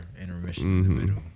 intermission